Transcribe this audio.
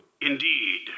Indeed